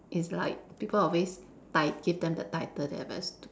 it's like people always ti~ give them the title they are very stu~